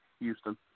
Houston